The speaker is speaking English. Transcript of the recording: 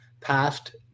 passed